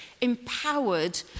empowered